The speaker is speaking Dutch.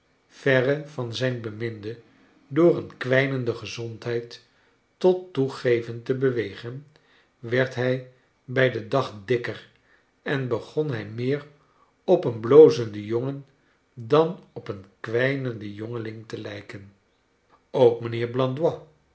verre van zijn beminde door een kwijnende gezondheid tot toegeven te bewegen werd hij bij den dag dikker en begon hij meer op een blozenden jongen dan op een kwijnenden jongeling te lijken ook mijnheer